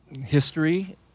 history